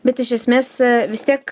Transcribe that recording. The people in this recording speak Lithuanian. bet iš esmės vis tiek